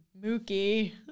Mookie